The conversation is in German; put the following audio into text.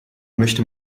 möchte